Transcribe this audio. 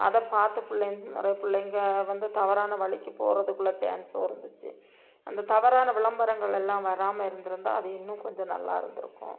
அதை பார்த்து பிள்ளைங் நிறைய பிள்ளைங்க வந்து தவறான வலிக்கு போகிறத்துக்குள்ள சான்ஸ்ஸும் இருந்துச்சு அந்த தவறான விளம்பரங்களெல்லாம் வராமால் இருந்திருந்தா அது இன்னும் கொஞ்சம் நல்லா இருந்திருக்கும்